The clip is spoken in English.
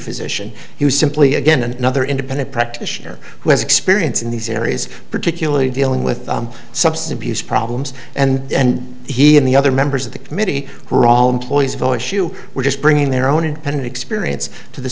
physician he was simply again another independent practitioner who has experience in these areas particularly dealing with substance abuse problems and he and the other members of the committee were all employees voice you were just bringing their own independent experience to the